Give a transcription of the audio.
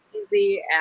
easy